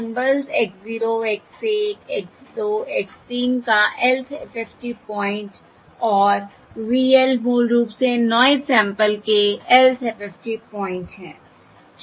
symbols x 0 x 1 x 2 x 3 का lth FFT point और V l मूल रूप से नॉयस सैंपल्स के lth FFT पॉइंट है ठीक है